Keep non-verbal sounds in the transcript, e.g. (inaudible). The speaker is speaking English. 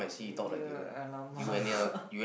you !alamak! (laughs)